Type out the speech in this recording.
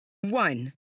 One